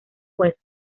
huesos